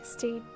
Stay